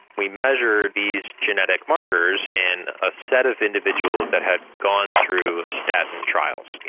we've measured these genetic markers in a set of individuals that had gone through statin trials. you